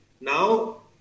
Now